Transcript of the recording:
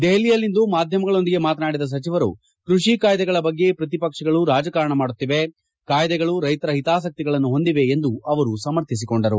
ದೆಹಲಿಯಲ್ಲಿಂದು ಮಾದ್ಕಮಗಳೊಂದಿಗೆ ಮಾತನಾಡಿದ ಸಚಿವರು ಕೃಷಿ ಕಾಯ್ದೆಗಳ ಬಗ್ಗೆ ಪ್ರತಿಪಕ್ಷಗಳು ರಾಜಕಾರಣ ಮಾಡುತ್ತಿವೆ ಕಾಯ್ದೆಗಳು ರೈತರ ಒತಾಸಕ್ತಿಗಳನ್ನು ಹೊಂದಿವೆ ಎಂದು ಅವರು ಸಮರ್ಥಿಸಿಕೊಂಡರು